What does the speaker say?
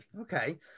okay